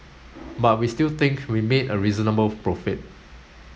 but we still think we made a reasonable profit